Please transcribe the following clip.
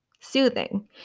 soothing